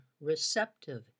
receptive